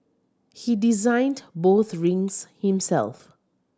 he designed both rings himself